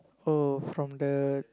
oh from the